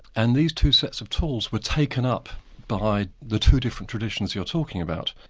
and these two sets of tools were taken up by the two different traditions you're talking about,